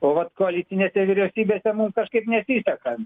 o vat koalicinėse vyriausybėse mum kažkaip nesiseka